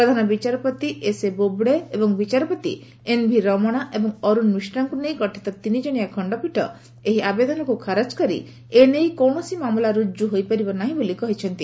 ପ୍ରଧାନ ବିଚାରପତି ଏସ୍ଏ ବୋବ୍ଡେ ଏବଂ ବିଚାରପତି ଏନ୍ଭି ରମଣା ଏବଂ ଅର୍ଜନ୍ ମିଶ୍ରାଙ୍କୁ ନେଇ ଗଠିତ ତିନିଜଣିଆ ଖଣ୍ଡପୀଠ ଏହି ଆବେଦନକୁ ଖାରଜ କରି ଏ ନେଇ କୌଣସି ମାମଲା ରୁକ୍ ହୋଇପାରିବ ନାହିଁ ବୋଲି କହିଛନ୍ତି